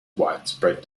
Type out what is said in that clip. widespread